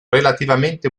relativamente